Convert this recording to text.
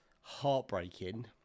heartbreaking